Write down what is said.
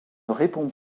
réponds